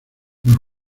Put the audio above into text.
nos